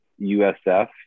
USF